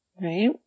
right